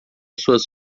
suas